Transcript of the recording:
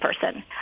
person